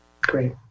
Great